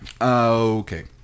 okay